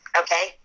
Okay